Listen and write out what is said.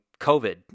COVID